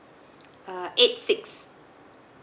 uh eight six